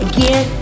Again